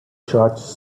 shots